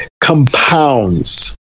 compounds